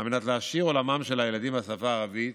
על מנת להעשיר את עולמם של הילדים בשפה הערבית,